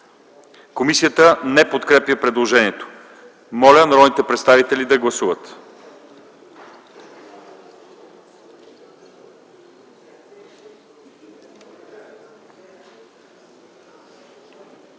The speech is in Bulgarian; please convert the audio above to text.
Комисията не подкрепя предложението. Моля народните представители да гласуват.